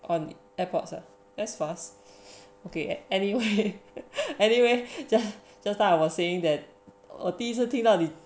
on airpods ah thats fast okay anyway anyway just now I was saying that 我第一次听你